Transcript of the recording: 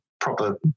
proper